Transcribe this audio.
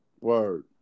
Word